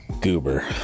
goober